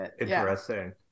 Interesting